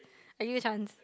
I give you chance